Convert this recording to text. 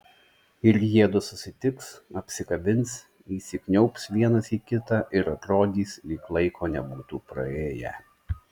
ir jiedu susitiks apsikabins įsikniaubs vienas į kitą ir atrodys lyg laiko nebūtų praėję